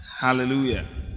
Hallelujah